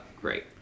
great